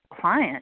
client